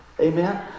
Amen